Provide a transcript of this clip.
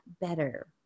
better